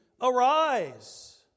Arise